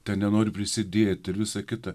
ten nenori prisidėt ir visa kita